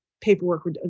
paperwork